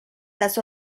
las